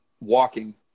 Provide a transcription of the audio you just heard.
walking